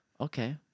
Okay